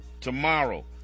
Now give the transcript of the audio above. tomorrow